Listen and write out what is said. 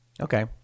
Okay